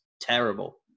terrible